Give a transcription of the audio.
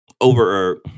over